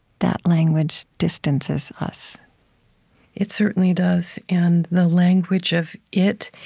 that language distances us it certainly does. and the language of it,